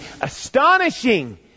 astonishing